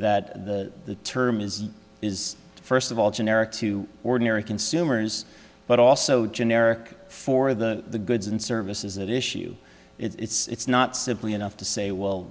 that the term is is first of all generic to ordinary consumers but also generic for the goods and services that issue it's not simply enough to say well